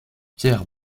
pierre